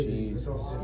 Jesus